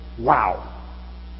Wow